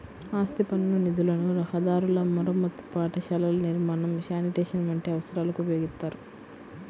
ఆస్తి పన్ను నిధులను రహదారుల మరమ్మతు, పాఠశాలల నిర్మాణం, శానిటేషన్ వంటి అవసరాలకు ఉపయోగిత్తారు